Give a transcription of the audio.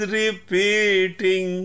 repeating